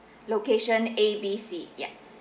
location A B C yup